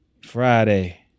Friday